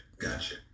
Gotcha